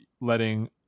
letting